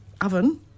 oven